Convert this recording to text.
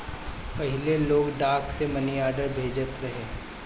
पहिले लोग डाक से मनीआर्डर भेजत रहे